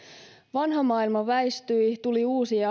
vanha maailma väistyi tuli uusia